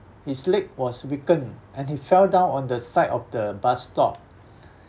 his leg was weakened and he fell down on the side of the bus stop